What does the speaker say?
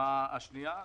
ברשימה השנייה?